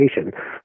education